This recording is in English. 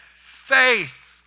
Faith